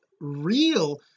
real